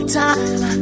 time